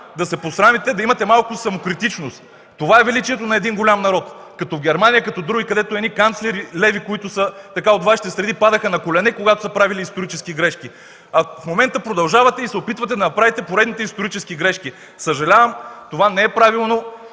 да се посрамите, да имате малко самокритичност. Това е величието на един голям народ – като Германия, като други, където едни леви канцлери, които са от Вашите среди, падаха на колене, когато са правили исторически грешки. В момента продължавате и се опитвате да направите поредните исторически грешки. Съжалявам, това не е правилно.